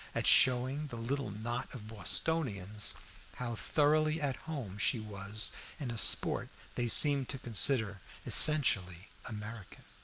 at showing the little knot of bostonians how thoroughly at home she was in a sport they seemed to consider essentially american.